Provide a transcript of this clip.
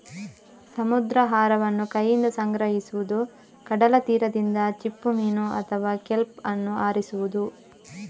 ಸಮುದ್ರಾಹಾರವನ್ನು ಕೈಯಿಂದ ಸಂಗ್ರಹಿಸುವುದು, ಕಡಲ ತೀರದಿಂದ ಚಿಪ್ಪುಮೀನು ಅಥವಾ ಕೆಲ್ಪ್ ಅನ್ನು ಆರಿಸುವುದು